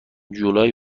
جولای